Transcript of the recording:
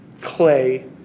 clay